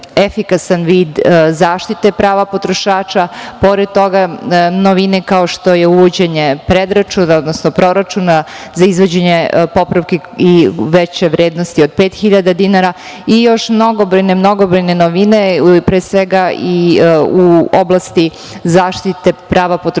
efikasan vid zaštite prava potrošača, pored toga, novine kao što je uvođenje predračuna odnosno proračuna za izvođenje popravki veće vrednosti od 5.000 dinara i još mnogobrojne novine i u oblasti zaštite prava potrošača